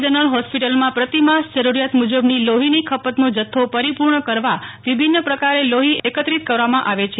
general હોસ્પિટલમાં પ્રતિમાસ જરૂરીયાત મુજબની લોફીની ખપતનો જથ્થો પરિપૂર્ણ કરવા વિભિન્ન પ્રકારે બ્લડ એકત્રિત કરવામાં આવે છે